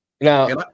now